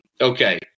Okay